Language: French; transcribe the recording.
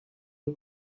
des